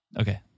Okay